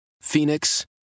Phoenix